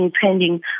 pending